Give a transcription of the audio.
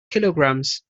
kilograms